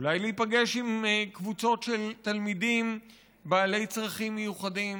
אולי להיפגש עם קבוצות של תלמידים בעלי צרכים מיוחדים,